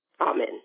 Amen